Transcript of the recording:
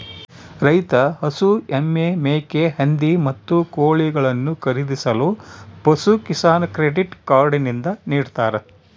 ರೈತ ಹಸು, ಎಮ್ಮೆ, ಮೇಕೆ, ಹಂದಿ, ಮತ್ತು ಕೋಳಿಗಳನ್ನು ಖರೀದಿಸಲು ಪಶುಕಿಸಾನ್ ಕ್ರೆಡಿಟ್ ಕಾರ್ಡ್ ನಿಂದ ನಿಡ್ತಾರ